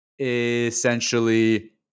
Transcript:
essentially